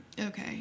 Okay